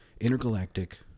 intergalactic